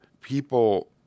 people